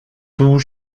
tout